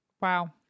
Wow